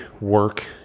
work